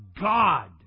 God